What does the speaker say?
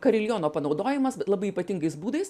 kariliono panaudojimas labai ypatingais būdais